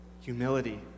humility